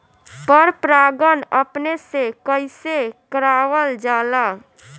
पर परागण अपने से कइसे करावल जाला?